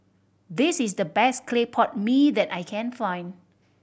this is the best clay pot mee that I can find